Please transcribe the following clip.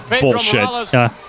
Bullshit